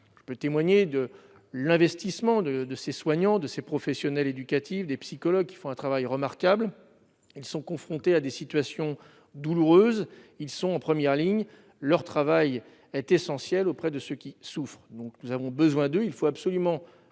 je peux témoigner de l'investissement de ces soignants de ces professionnels éducatifs des psychologues qui font un travail remarquable, ils sont confrontés à des situations douloureuses, ils sont en première ligne, leur travail est essentielle auprès de ceux qui souffrent, donc nous avons besoin de il faut absolument